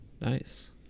nice